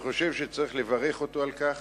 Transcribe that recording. אני חושב שצריך לברך אותו על כך,